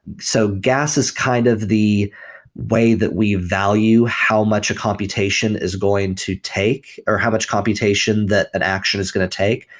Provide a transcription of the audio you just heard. so gas is kind of the way that we value how much a computation is going to take or how much computation that an action is going to take,